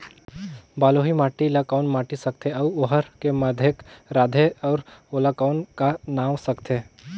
बलुही माटी ला कौन माटी सकथे अउ ओहार के माधेक राथे अउ ओला कौन का नाव सकथे?